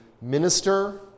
minister